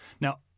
now